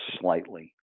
slightly